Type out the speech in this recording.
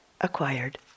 acquired